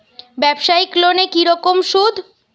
ব্যবসায়িক লোনে কি রকম সুদ?